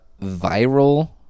viral